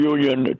Union